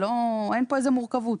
אין כאן איזו מורכבות.